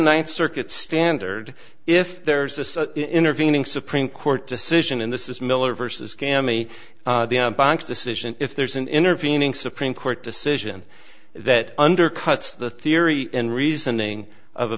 ninth circuit standard if there's this intervening supreme court decision in this is miller versus cammy decision if there's an intervening supreme court decision that undercuts the theory and reasoning of